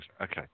okay